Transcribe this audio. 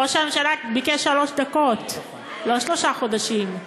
ראש הממשלה ביקש שלוש דקות, לא שלושה חודשים.